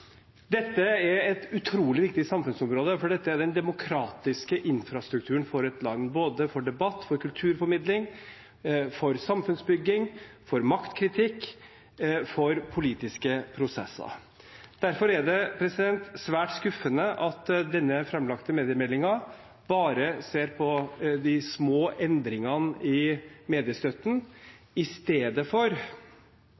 Dette er et utrolig viktig samfunnsområde, for dette er den demokratiske infrastrukturen for et land, både for debatt, for kulturformidling, for samfunnsbygging, for maktkritikk og for politiske prosesser. Derfor er det svært skuffende at den framlagte mediemeldingen bare ser på de små endringene i mediestøtten